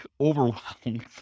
overwhelmed